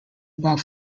about